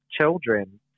children